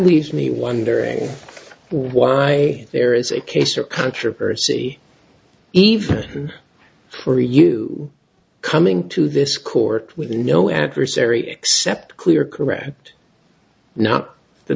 leaves me wondering why there is a case or controversy even for you coming to this court with no adversary except clear correct not the